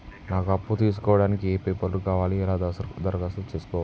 నాకు అప్పు తీసుకోవడానికి ఏ పేపర్లు కావాలి ఎలా దరఖాస్తు చేసుకోవాలి?